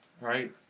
Right